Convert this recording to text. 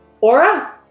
Aura